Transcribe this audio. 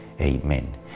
Amen